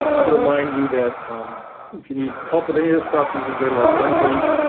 to remind you that if you need help with any of this stuff you can go to our learn page,